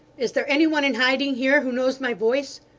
is there any one in hiding here, who knows my voice!